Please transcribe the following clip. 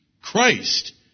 Christ